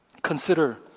Consider